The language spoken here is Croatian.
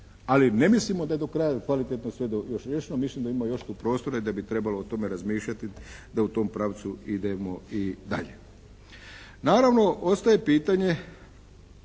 ali ne mislimo da je do kraja kvalitetno sve riješeno. Mislimo da ima još tu prostora i da bi trebalo o tome razmišljati da u tom pravcu idemo i dalje. Naravno ostaje pitanje